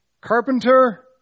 Carpenter